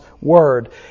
word